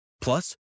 Plus